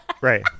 Right